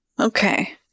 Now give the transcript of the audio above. okay